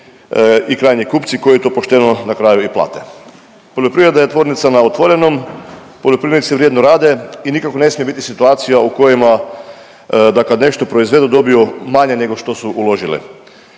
i krajnji kupci koji to pošteno na kraju i plate. Poljoprivreda je tvornica na otvorenom, poljoprivrednici vrijedno rade i nikako ne smije biti situacija u kojima da kad nešto proizvedu da dobiju manje nego što su uložile.